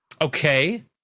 Okay